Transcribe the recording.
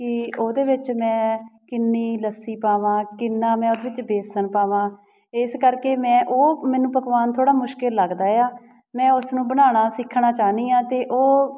ਕਿ ਉਹਦੇ ਵਿੱਚ ਮੈਂ ਕਿੰਨੀ ਲੱਸੀ ਪਾਵਾਂ ਕਿੰਨਾਂ ਮੈਂ ਉਹਦੇ ਵਿੱਚ ਬੇਸਣ ਪਾਵਾਂ ਇਸ ਕਰਕੇ ਮੈਂ ਉਹ ਮੈਨੂੰ ਪਕਵਾਨ ਥੋੜ੍ਹਾ ਮੁਸ਼ਕਿਲ ਲੱਗਦਾ ਏ ਆ ਮੈਂ ਉਸਨੂੰ ਬਣਾਉਣਾ ਸਿੱਖਣਾ ਚਾਹੁੰਦੀ ਹਾਂ ਅਤੇ ਉਹ